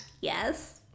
Yes